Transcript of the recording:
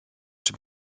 czy